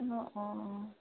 অঁ অঁ অঁ